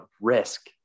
risk